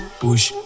push